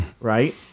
Right